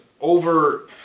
over